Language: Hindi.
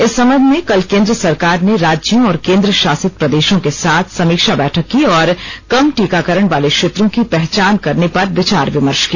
इस संबंध में कल केंद्र सरकार ने राज्यों और केंद्र शासित प्रदेशों के साथ समीक्षा बैठक की और कम टीकाकरण वाले क्षेत्रों की पहचान करने पर विचार विमर्श किया